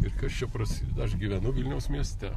ir kas čia prasideda aš gyvenu vilniaus mieste